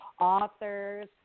authors